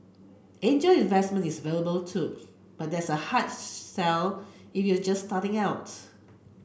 angel investment is available too but that's a hard sell if you're just starting out